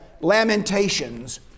Lamentations